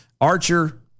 archer